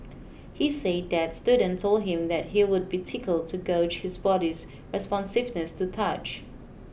he say that student told him that he would be tickled to gauge his body's responsiveness to touch